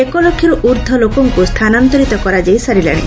ଏକ ଲକ୍ଷରୁ ଊର୍ଦ୍ଧ୍ୱ ଲୋକଙ୍କୁ ସ୍ଥାନାନ୍ତରିତ କରାଯାଇ ସାରିଲାଣି